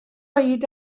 dweud